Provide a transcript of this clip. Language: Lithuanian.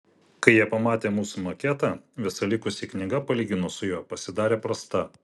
kai jie pamatė mūsų maketą visa likusi knyga palyginus su juo pasidarė prasta